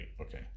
okay